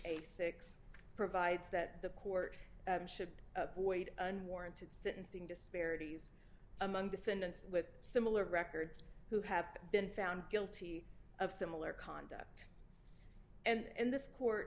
eighty six provides that the court should avoid unwarranted sentencing disparities among defendants with similar records who have been found guilty of similar conduct and this court